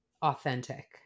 authentic